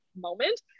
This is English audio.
moment